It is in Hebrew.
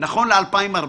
נכון ל-2014.